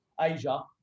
Asia